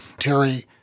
Terry